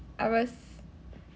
I was